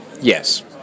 Yes